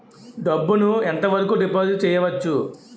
డబ్బు ను ఎంత వరకు డిపాజిట్ చేయవచ్చు?